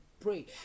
pray